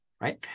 right